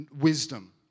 wisdom